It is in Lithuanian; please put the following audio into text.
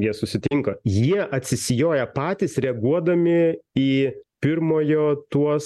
jie susitinka jie atsisijoja patys reaguodami į pirmojo tuos